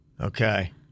Okay